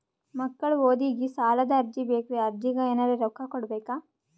ಮಕ್ಕಳ ಓದಿಗಿ ಸಾಲದ ಅರ್ಜಿ ಬೇಕ್ರಿ ಅರ್ಜಿಗ ಎನರೆ ರೊಕ್ಕ ಕೊಡಬೇಕಾ?